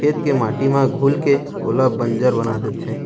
खेत के माटी म घुलके ओला बंजर बना देथे